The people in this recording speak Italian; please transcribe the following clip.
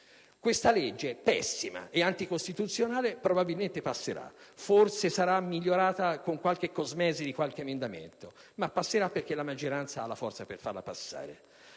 Questa legge è pessima, è anticostituzionale e probabilmente passerà. Forse sarà cosmeticamente migliorata con l'approvazione di qualche emendamento, ma passerà perché la maggioranza ha la forza per farla passare,